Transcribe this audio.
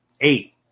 eight